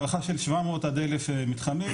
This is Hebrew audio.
הערכה של 700 עד 1000 מתחמים,